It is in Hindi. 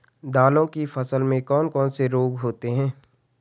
दालों की फसल में कौन कौन से रोग होते हैं?